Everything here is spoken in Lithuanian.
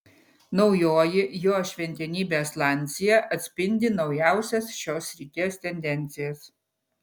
naujoji jo šventenybės lancia atspindi naujausias šios srities tendencijas